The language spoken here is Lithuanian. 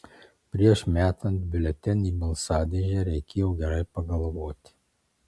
prieš metant biuletenį į balsadėžę reikėjo gerai pagalvoti